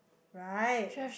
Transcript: right